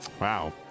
Wow